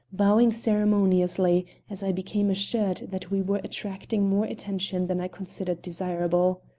bowing ceremoniously as i became assured that we were attracting more attention than i considered desirable.